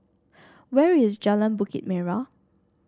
where is Jalan Bukit Merah